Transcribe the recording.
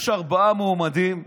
יש ארבעה מועמדים,